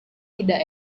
tidak